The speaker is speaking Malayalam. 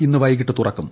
ഇന്ന് വൈകിട്ട് തുറക്കും